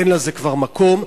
אין לזה כבר מקום.